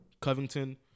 Covington